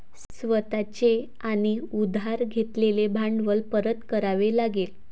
स्वतः चे आणि उधार घेतलेले भांडवल परत करावे लागेल